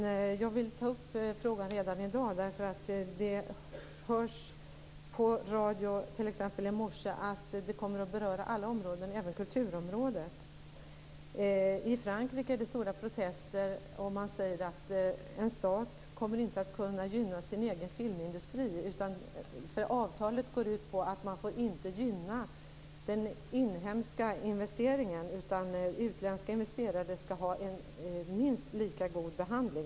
Jag vill ta upp frågan redan i dag. I morse kunde vi höra på radio att det kommer att beröra alla områden, även kulturområdet. I Frankrike är det stora protester. Man säger att en stat inte kommer att kunna gynna sin egen filmindustri. Avtalet går ut på att man inte får gynna den inhemska investeringen, utan utländska investerare skall ha minst lika god behandling.